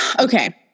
Okay